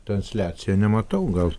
transliaciją nematau gal